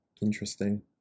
interesting